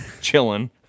chilling